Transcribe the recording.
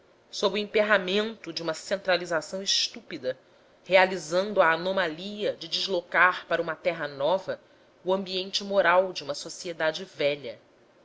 sob o emperramento de uma centralização estúpida realizando a anomalia de deslocar para uma terra nova o ambiente moral de uma sociedade velha